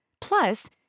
Plus